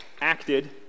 acted